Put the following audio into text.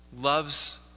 loves